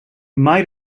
might